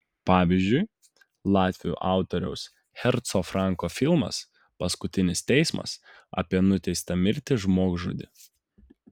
pavyzdžiui latvių autoriaus herco franko filmas paskutinis teismas apie nuteistą mirti žmogžudį